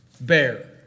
bear